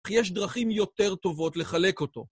יש דרכים יותר טובות לחלק אותו.